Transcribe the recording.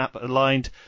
aligned